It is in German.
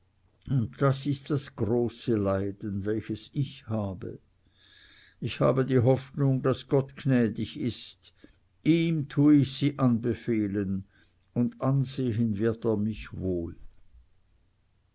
das ist das große leiden welches ich habe ich habe die hoffnung daß gott gnädig ist ihm tue ich sie anbefehlen und ansehen wird er mich wohl